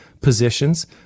positions